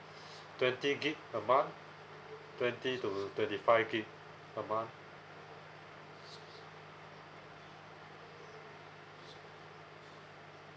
twenty gig a month twenty to twenty five gig a month